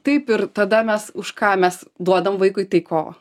taip ir tada mes už ką mes duodam vaikui tai ko